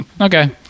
Okay